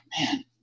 man